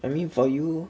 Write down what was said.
I mean for you